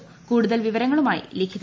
ദ്വ കൂടുതൽ വിവരങ്ങളുമായി ലിഖിത